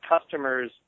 customers